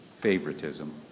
favoritism